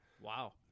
Wow